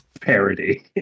parody